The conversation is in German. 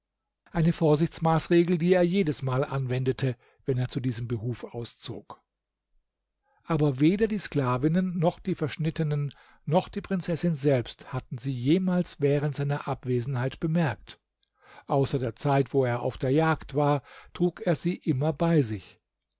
eine vorsichtsmaßregel die er jedesmal anwendete wenn er zu diesem behuf auszog aber weder die sklavinnen noch die verschnittenen noch die prinzessin selbst hatten sie jemals während seiner abwesenheit bemerkt außer der zeit wo er auf der jagd war trug er sie immer bei sich